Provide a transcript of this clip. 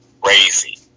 crazy